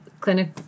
clinic